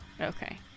Okay